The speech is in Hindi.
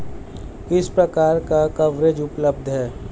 किस प्रकार का कवरेज उपलब्ध है?